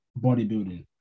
bodybuilding